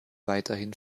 weiterhin